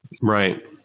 Right